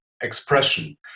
expression